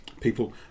people